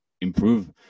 improve